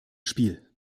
spiel